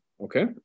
okay